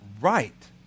right